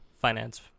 finance